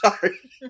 sorry